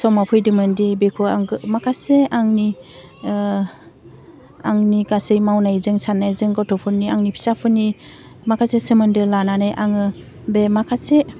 समाव फैदोंमोनदि बेखौ आंखो माखासे आंनि आंनि गासै मावनायजों साननायजों गथ'फोरनि आंनि फिसाफोरनि माखासे सोमोन्दो लानानै आङो बे माखासे